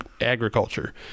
agriculture